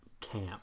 camp